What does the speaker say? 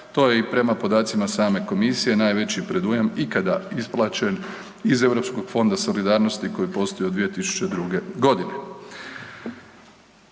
To je i prema podacima same Komisije najveći predujam ikada isplaćen iz Europskog fonda solidarnosti koji postoji od 2002. godine.